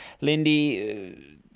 Lindy